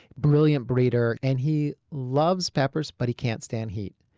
brilliant breeder and he loves peppers, but he can't stand heat.